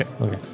Okay